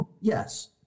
Yes